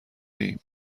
ایم